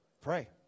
pray